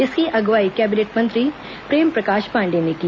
इसकी अगुवाई केबिनेट मंत्री प्रेम प्रकाश पाण्डेय ने की